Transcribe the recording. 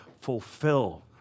fulfill